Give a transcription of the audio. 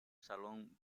salón